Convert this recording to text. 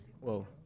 Whoa